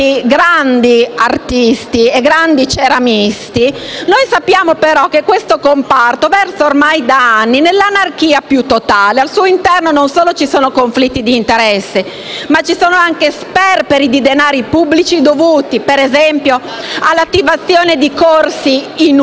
artisti e grandi ceramisti. Sappiamo, però, che questo comparto verte ormai da anni nell'anarchia più totale; al suo interno vi sono non solo conflitti di interessi, ma anche sperperi di denari pubblici dovuti, ad esempio, all'attivazione di corsi inutili;